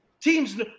Teams –